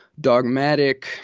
dogmatic –